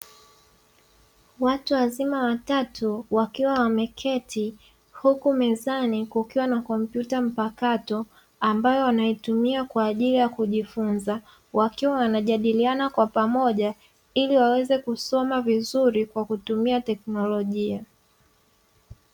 Watu wazima watatu wakiwa wameketi, huku mezani kukiwa na kompyuta mpakato ambayo wanaitumia kwa ajili ya kujifunza. Wakiwa wanajadiliana kwa pamoja ili waweze kusoma vizuri kwa kutumia teknolojia.